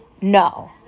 No